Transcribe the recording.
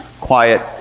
quiet